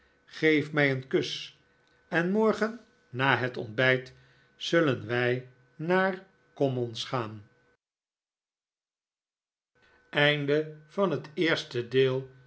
geef mij een kus en morgen na het ontbijt zullen wij naar commons gaan